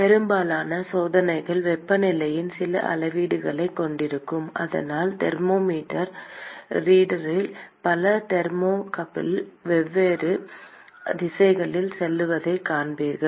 பெரும்பாலான சோதனைகள் வெப்பநிலையின் சில அளவீடுகளைக் கொண்டிருக்கும் அதனால் தெர்மோமீட்டர் ரீடரில் பல தெர்மோகப்பிள்கள் வெவ்வேறு திசைகளில் செல்வதைக் காண்பீர்கள்